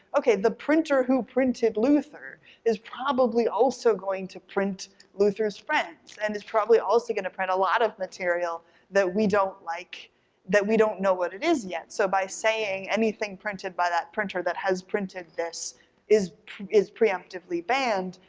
okay the printer who printed luther is probably also going to print luther's friends and is probably also going to print a lot of material that we don't like that we don't know what it is yet, so by saying anything printed by that printer that has printed this is is preemptively banned.